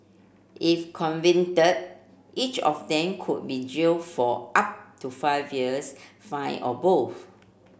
if convicted each of them could be jailed for up to five years fined or both